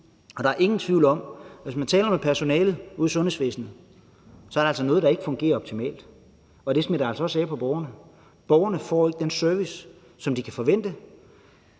og der er ingen tvivl om, hvis man taler med personalet ude i sundhedsvæsenet, at der er noget, der ikke fungerer optimalt, og det smitter altså også af på borgerne. Borgerne får ikke den service, som de kan forvente,